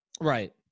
Right